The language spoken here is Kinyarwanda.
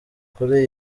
kuri